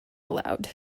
allowed